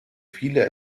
viele